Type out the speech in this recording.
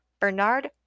Bernard